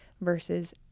versus